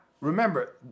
remember